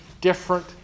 different